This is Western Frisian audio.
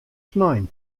snein